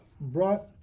brought